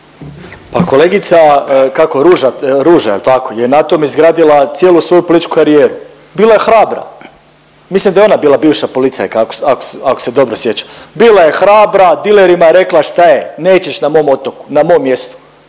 Pa kolegica kako Ruža, Ruža jel tako je na tom izgradila cijelu svoju političku karijeru. Bila je hrabra. Mislim da je ona bila bivša policajka, ako se, ako se, ako se dobro sjećam. Bila je hrabra, dilerima rekla šta je, nećeš na mom otoku, na mom mjestu.